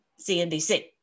CNBC